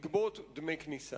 לגבות דמי כניסה.